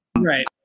Right